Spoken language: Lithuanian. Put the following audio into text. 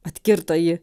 atkirto ji